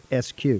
SQ